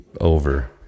over